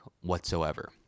whatsoever